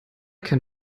kein